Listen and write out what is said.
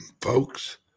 folks